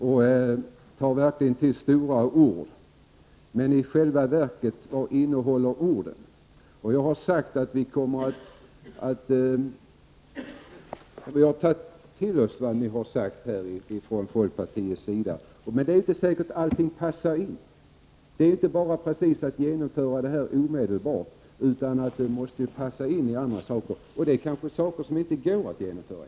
Han tar verkligen till stora ord, men man kan fråga sig vad som i själva verket ligger bakom orden. Jag har sagt att vi har tagit till oss vad ni från folkpartiet har föreslagit, men det är inte säkert att allting passar in. Det är inte bara att omedelbart genomföra dessa förslag. De måste också passa in med andra saker, om de nu går att genomföra.